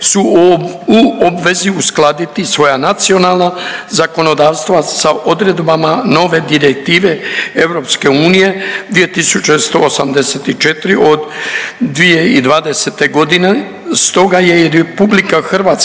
su u obvezi uskladiti svoja nacionalna zakonodavstva sa odredbama nove Direktive EU 2184 od 2020. godine stoga je i RH